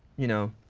you know,